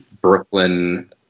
Brooklyn